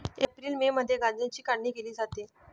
April May मध्ये गांजाची काढणी केली जाते